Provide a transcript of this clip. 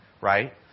right